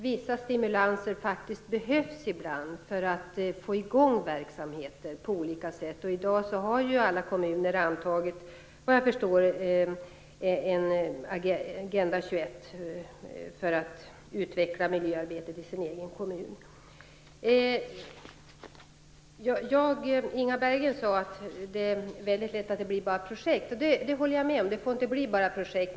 Vissa stimulanser behövs faktiskt ibland för att få i gång verksamheter på olika sätt. I dag har ju alla kommuner, vad jag förstår, antagit Agenda 21 för att utveckla miljöarbetet i den egna kommunen. Inga Berggren sade att det är lätt hänt att det bara blir projekt, och det håller jag med om - det får inte bli bara projekt.